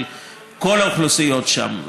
כל האוכלוסיות שם,